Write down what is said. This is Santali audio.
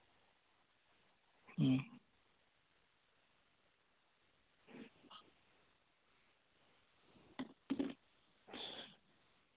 ᱦᱩᱸ